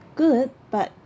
good but